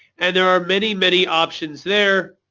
and there are many many options there.